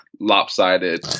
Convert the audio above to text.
lopsided